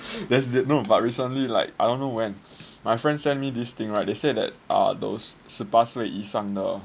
there's this no but recently like I don't know when my friend send me this thing right they say that are those 十八岁以上的